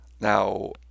Now